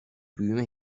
büyüme